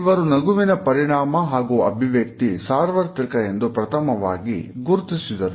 ಇವರು ನಗುವಿನ ಪರಿಣಾಮ ಹಾಗೂ ಅಭಿವ್ಯಕ್ತಿ ಸಾರ್ವತ್ರಿಕ ಎಂದು ಪ್ರಥಮವಾಗಿ ಗುರುತಿಸಿದರು